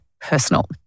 personal